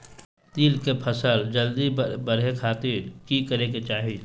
तिल के फसल जल्दी बड़े खातिर की करे के चाही?